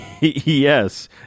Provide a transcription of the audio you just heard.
Yes